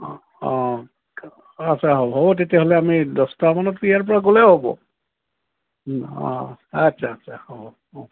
অঁ অঁ আচ্ছা হ'ব হ'ব তেতিয়াহ'লে আমি দহটামানত ইয়াৰ পৰা গ'লে হ'ব অঁ আচ্ছা আচ্ছা হ'ব অঁ